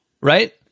right